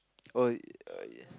oh err